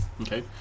Okay